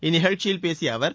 இந்நிகழ்ச்சியில் பேசிய அவர்